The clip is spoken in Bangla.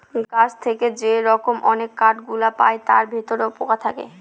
গাছ থেকে যে রকম অনেক কাঠ গুলো পায় তার ভিতরে পোকা থাকে